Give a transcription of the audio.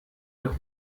der